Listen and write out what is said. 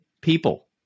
people